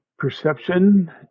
Perception